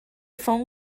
phone